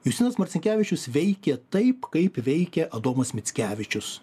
justinas marcinkevičius veikė taip kaip veikia adomas mickevičius